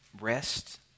rest